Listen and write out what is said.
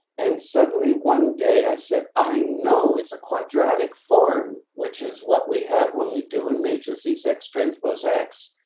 and suddenly one day i said, i know it's a quadratic form, which is what we have when we do in matrices, x transpose x,